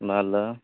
नाल्ल